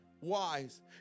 Wise